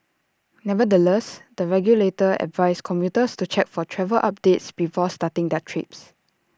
nevertheless the regulator advised commuters to check for travel updates before starting their trips